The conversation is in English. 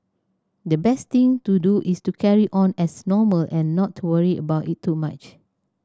the best thing to do is to carry on as normal and not to worry about it too much